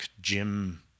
Jim